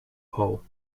whole